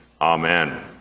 Amen